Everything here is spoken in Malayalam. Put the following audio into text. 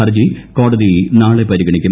ഹർജി കോടതി നാളെ പരിഗണിക്കും